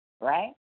Right